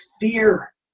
fear